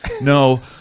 No